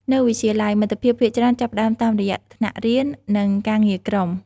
នៅវិទ្យាល័យ មិត្តភាពភាគច្រើនចាប់ផ្តើមតាមរយៈថ្នាក់រៀន និងការងារក្រុម។